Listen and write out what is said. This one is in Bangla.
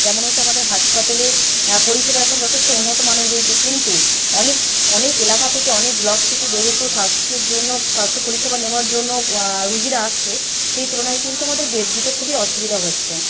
যেমন হচ্ছে আমাদের হাসপাতালের পরিষেবা এখন যথেষ্ট উন্নত মানের হয়েছে কিন্তু অনেক অনেক এলাকা থেকে অনেক ব্লক থেকে যেহেতু স্বাস্থ্যের জন্য স্বাস্থ্য পরিষেবা নেওয়ার জন্য রুগিরা আসছে সেই তুলনায় কিন্তু আমাদের বেড দিতে খুবই অসুবিধা হচ্ছে